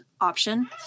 option